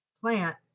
plant